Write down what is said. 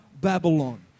Babylon